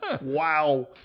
Wow